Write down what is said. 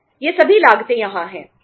ये सभी लागतें यहां हैं